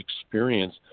experience